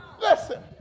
Listen